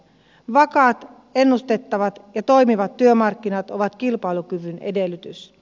vakaat ennustettavat ja toimivat työmarkkinat ovat kilpailukyvyn edellytys